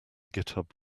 github